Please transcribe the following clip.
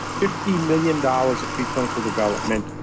fifty million dollars of pre-clinical development,